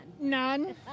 None